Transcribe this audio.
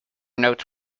notes